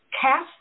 cast